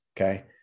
Okay